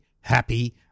happy